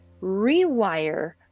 rewire